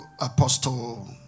Apostle